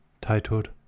titled